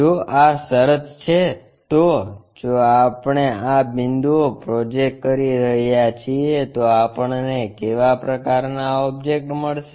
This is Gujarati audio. જો આ શરત છે તો જો આપણે આ બિંદુઓ પ્રોજેક્ટ કરી રહ્યા છીએ તો આપણને કેવા પ્રકારના ઓબ્જેકટ મળશે